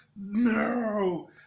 No